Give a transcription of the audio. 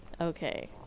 Okay